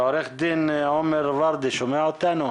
עו"ד עומר ורדי, שומע אותנו?